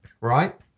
right